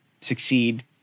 succeed